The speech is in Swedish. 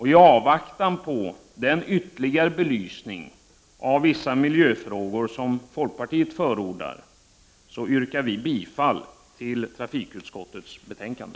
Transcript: I avvaktan på den ytterligare belysning av vissa miljöfrågor som folkpartiet förordar, yrkar jag bifall till hemställan i trafikutskottets betänkande.